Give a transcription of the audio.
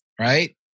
Right